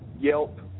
Yelp